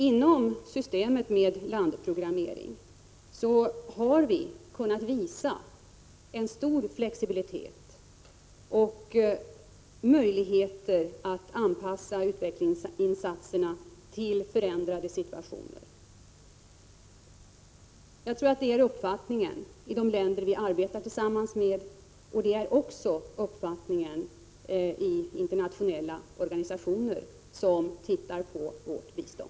Inom systemet med landprogrammering har vi kunnat visa en stor flexibilitet och det har funnits goda möjligheter att anpassa utvecklingsinsatserna till förändrade situationer. Jag tror att det är uppfattningen i de länder vi arbetar tillsammans med, och det är också uppfattningen i internationella organisationer, som har studerat vårt bistånd.